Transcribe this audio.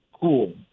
cool